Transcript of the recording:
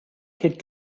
kid